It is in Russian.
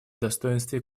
достоинстве